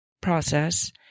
process